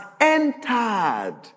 entered